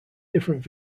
different